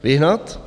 Vyhnat?